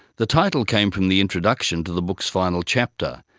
the title came from the introduction to the book's final chapter.